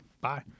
Bye